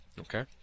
Okay